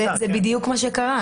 זה בדיוק מה שקרה.